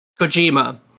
Kojima